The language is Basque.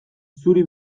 zuri